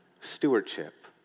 stewardship